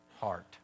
heart